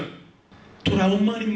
a little money